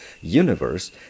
universe